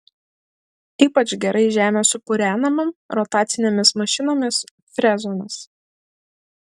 ypač gerai žemė supurenama rotacinėmis mašinomis frezomis